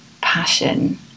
passion